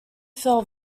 fell